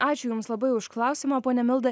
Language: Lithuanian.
ačiū jums labai už klausimą ponia milda